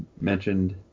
mentioned